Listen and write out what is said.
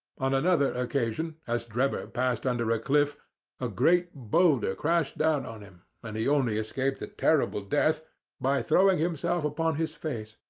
on another occasion, as drebber passed under a cliff a great boulder crashed down on him, and he only escaped a terrible death by throwing himself upon his face.